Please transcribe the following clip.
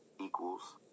equals